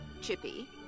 Chippy